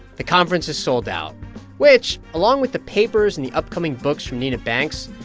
the conference is sold out which, along with the papers and the upcoming books from nina banks,